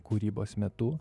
kūrybos metu